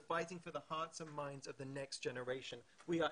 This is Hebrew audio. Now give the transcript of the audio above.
ממש כתבנו את המספרים האלה אתמול, רק